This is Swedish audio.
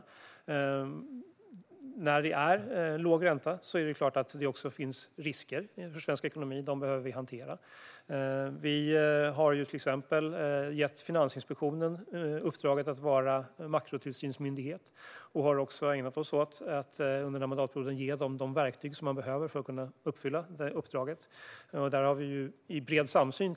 När det är låg ränta är det klart att det finns risker för svensk ekonomi. Dem behöver vi hantera. Vi har till exempel gett Finansinspektionen uppdraget att vara makrotillsynsmyndighet. Vi har också under den här mandatperioden ägnat oss åt att ge Finansinspektionen de verktyg som behövs för att kunna utföra det uppdraget. Det har vi gjort i bred samsyn.